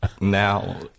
now